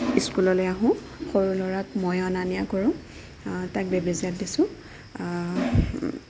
স্কুললে আহোঁ সৰু ল'ৰাক মই অনা নিয়া কৰোঁ তাত বেবেজিয়াত দিছোঁ